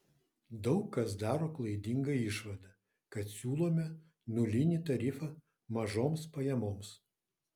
daug kas daro klaidingą išvadą kad siūlome nulinį tarifą mažoms pajamoms